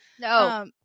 no